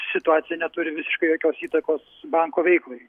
situacija neturi visiškai jokios įtakos banko veiklai